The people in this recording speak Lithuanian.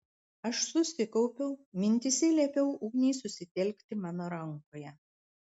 aš susikaupiau mintyse liepiau ugniai susitelkti mano rankoje